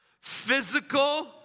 Physical